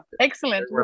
excellent